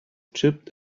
chipped